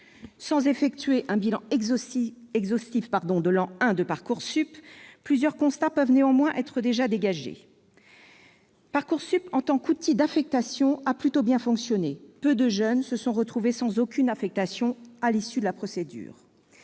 Sans effectuer un bilan exhaustif de l'an I de Parcoursup, plusieurs constats peuvent néanmoins être dégagés : Parcoursup, en tant qu'outil d'affectation, a plutôt bien fonctionné, peu de jeunes se retrouvant sans aucune affectation à l'issue de la procédure